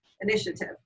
initiative